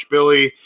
Billy